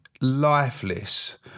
lifeless